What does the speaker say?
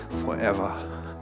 forever